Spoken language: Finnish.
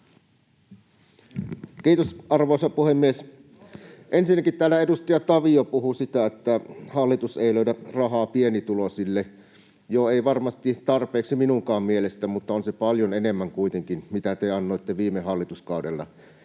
Kiitos, arvoisa puhemies! Ensinnäkin täällä edustaja Tavio puhui siitä, että hallitus ei löydä rahaa pienituloisille. Joo, ei varmasti tarpeeksi minunkaan mielestäni, mutta on se paljon enemmän kuitenkin kuin mitä te annoitte viime hallituskaudella.